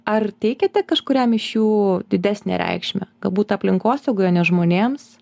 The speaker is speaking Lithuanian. ar teikiate kažkuriam iš jų didesnę reikšmę galbūt aplinkosaugoje ne žmonėms